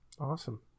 Awesome